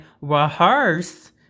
rehearse